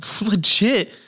legit